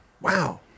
Wow